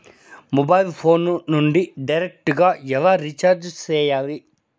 mobile phone నుండి direct గా ఎలా రీచార్జి సేయాలి